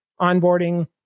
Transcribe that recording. onboarding